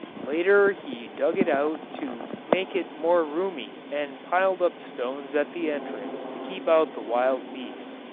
later he dug it out to make it more roomy and piled up stones at the entrance to keep out the wild beasts.